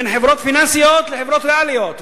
בין חברות פיננסיות לחברות ריאליות,